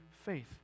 faith